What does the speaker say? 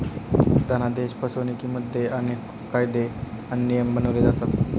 धनादेश फसवणुकिमध्ये अनेक कायदे आणि नियम बनवले जातात